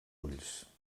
ulls